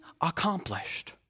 accomplished